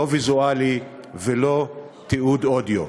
לא תיעוד ויזואלי ולא תיעוד אודיו?